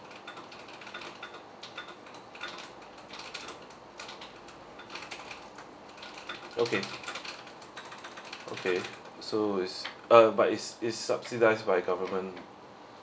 okay okay so is uh but is is subsidize by government